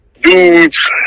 dudes